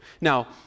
Now